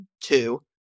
two